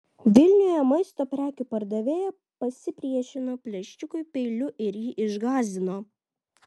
vilniuje maisto prekių pardavėja pasipriešino plėšikui peiliu ir jį išgąsdino